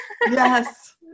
Yes